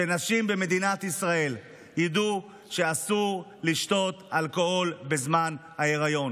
שנשים במדינת ישראל ידעו שאסור לשתות אלכוהול בזמן ההיריון,